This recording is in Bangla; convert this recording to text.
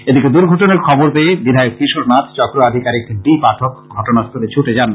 এদিকে দূর্ঘটনার খবর পেয়ে বিধায়ক কিশোর নাথ চক্র আধিকারীক ডি পাঠক ঘটনাস্থলে ছুটে যান